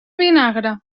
vinagre